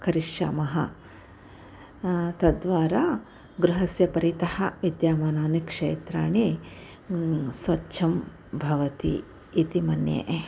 करिष्यामि तद्द्वारा गृहं परितः विद्यमानानि क्षेत्राणि स्वच्छानि भवन्ति इति मन्ये